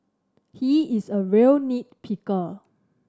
he is a real nit picker